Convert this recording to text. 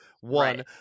one